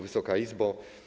Wysoka Izbo!